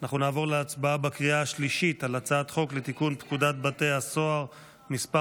נעבור להצבעה בקריאה השלישית על הצעת חוק תיקון פקודת בתי הסוהר (מס'